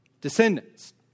descendants